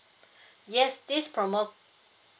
yes this promo